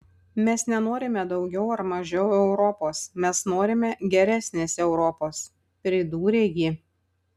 mes nenorime daugiau ar mažiau europos mes norime geresnės europos pridūrė ji